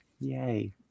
Yay